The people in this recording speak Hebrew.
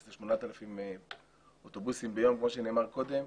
שזה 8,000 אוטובוסים ביום כמו שנאמר קודם,